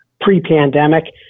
pre-pandemic